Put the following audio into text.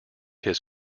his